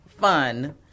fun